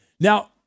Now